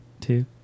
two